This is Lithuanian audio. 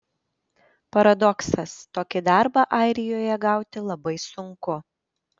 paradoksas tokį darbą airijoje gauti labai sunku